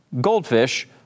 Goldfish